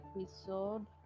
episode